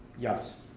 yes.